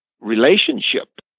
relationship